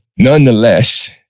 Nonetheless